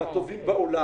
מהטובים בעולם.